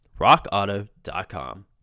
rockauto.com